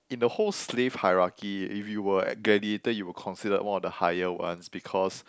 in the whole slave hierarchy if you were a gladiator you were considered one of the higher ones because